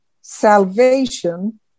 salvation